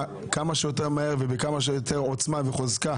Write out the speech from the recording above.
לאשר זאת כמה שיותר מהר ובכמה שיותר עוצמה וחוזקה